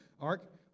ark